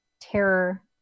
terror